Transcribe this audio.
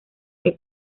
que